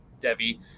Debbie